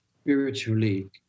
spiritually